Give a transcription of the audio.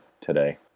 today